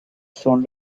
son